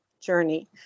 journey